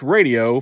Radio